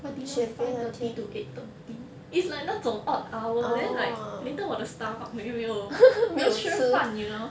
but dinner five thirty to eight thirty it's like 那种 odd hour then like 没跟我的 stomach 没有没有吃饭 you know